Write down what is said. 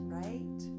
right